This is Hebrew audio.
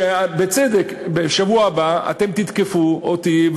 שבצדק אתם תתקפו אותי,